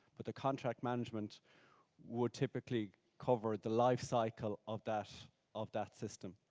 but the contract management would typically cover the lifecycle of that of that system.